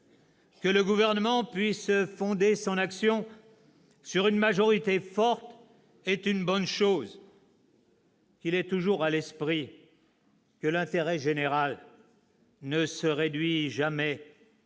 Que le Gouvernement puisse fonder son action sur une majorité forte est une bonne chose. Qu'il ait toujours à l'esprit que l'intérêt général ne se réduit jamais